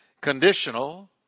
conditional